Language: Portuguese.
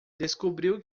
descobriu